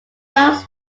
long